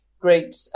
great